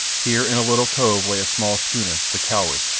here, in a little cove, lay a small schooner, the cowrie,